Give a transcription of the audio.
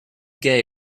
gay